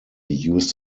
used